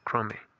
crummy